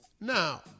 Now